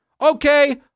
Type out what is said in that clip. Okay